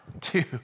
two